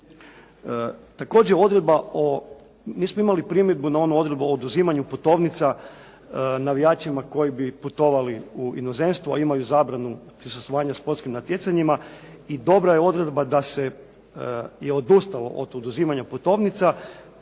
o, mi smo imali primjedbu na onu odredbu o oduzimanju putovnica navijačima koji bi putovali u inozemstvo a imaju zabranu prisustvovanja sportskim natjecanjima i dobra je odredba da se odustalo od oduzimanja putovnica